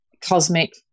cosmic